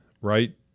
right